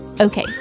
Okay